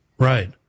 Right